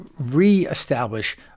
re-establish